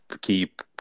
keep